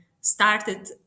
started